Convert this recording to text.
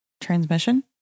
transmission